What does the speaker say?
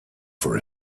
for